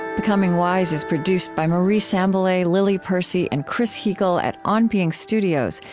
becoming wise is produced by marie sambilay, lily percy, and chris heagle at on being studios,